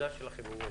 העמדה שלכם, אם יש.